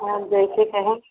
हाँ जैसे कहें